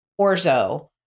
orzo